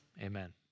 Amen